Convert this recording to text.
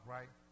Right